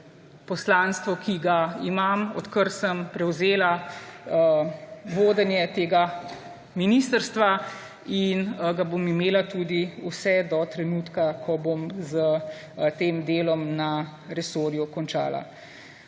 poslanstvo, ki ga imam, odkar sem prevzela vodenje tega ministrstva; in ga bom imela vse do trenutka, ko bom s tem delom na resorju končala.